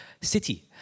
city